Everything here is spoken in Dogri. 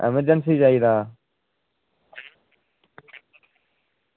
बा एजेंसी चाहिदा